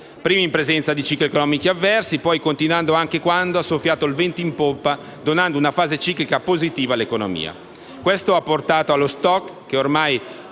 prima in presenza di cicli economici avversi e, poi, continuando anche quando ha soffiato il vento in poppa, donando una fase ciclica positiva all'economia. Questo ha portato allo *stock,* che ormai